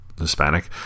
Hispanic